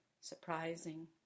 surprising